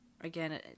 again